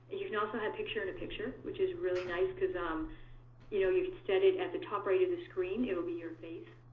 you can also have picture in a picture, which is really nice because um you know you can set it at the top right of the screen it would be your face.